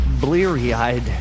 bleary-eyed